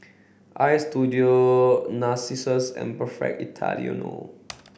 Istudio Narcissus and Perfect Italiano